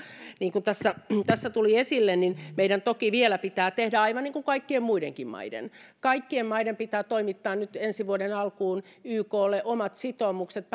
niin kuin tässä tässä tuli esille niin meidän toki vielä pitää tehdä aivan niin kuin kaikkien muidenkin maiden kaikkien maiden pitää toimittaa ensi vuoden alkuun mennessä yklle omat sitoumukset